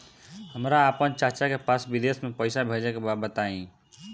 हमरा आपन चाचा के पास विदेश में पइसा भेजे के बा बताई